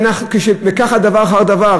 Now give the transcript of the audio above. וככה דבר אחר דבר,